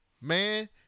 Man